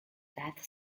death